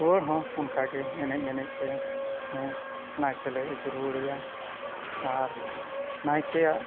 ᱨᱩᱣᱟᱹᱲ ᱦᱚᱸ ᱚᱱᱠᱟᱜᱮ ᱮᱱᱮᱡ ᱮᱱᱮᱡ ᱛᱮ ᱱᱟᱭᱠᱮᱞᱮ ᱟᱹᱜᱩ ᱨᱩᱣᱟᱹᱲᱮᱭᱟ ᱟᱨ ᱱᱟᱭᱠᱮᱭᱟᱜ